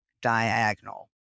diagonal